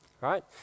right